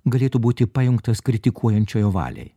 galėtų būti pajungtas kritikuojančiojo valiai